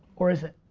or is it?